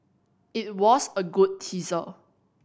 it was a good teaser